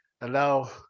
allow